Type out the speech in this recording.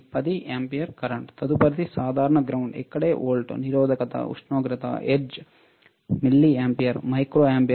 10 ampere current తదుపరి సాధారణ ground ఇక్కడే వోల్ట్ నిరోధకత ఉష్ణోగ్రత హెర్ట్జ్ మిల్లిఆంపియర్ మైక్రో ఆంపియర్